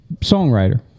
songwriter